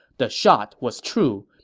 the shot was true,